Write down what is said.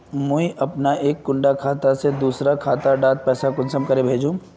मुई अपना एक कुंडा खाता से दूसरा डा खातात पैसा कुंसम करे भेजुम?